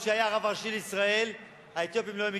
עוד כשהיה הרב הראשי לישראל,